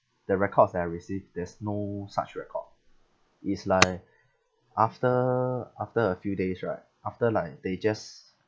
the records that I received there's no such record it's like after after a few days right after like they just